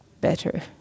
better